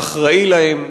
אחראי להן.